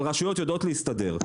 אבל רשויות יודעות להסתדר.